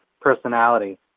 personality